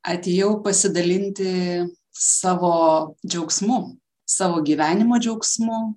atėjau pasidalinti savo džiaugsmu savo gyvenimo džiaugsmu